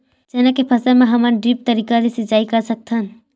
चना के फसल म का हमन ड्रिप तरीका ले सिचाई कर सकत हन?